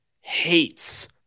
hates